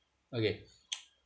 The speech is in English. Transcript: okay